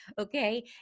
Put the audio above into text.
okay